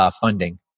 funding